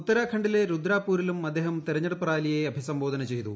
ഉത്തരാഖണ്ഡിലെ രുദ്രാപൂരിലും അദ്ദേഹം തെരഞ്ഞെടുപ്പ് റാലിയെ അഭിസംബോധ ചെയ്തു